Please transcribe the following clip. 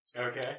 Okay